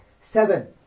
Seven